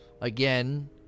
Again